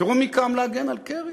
תראו מי קם להגן על קרי: